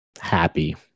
happy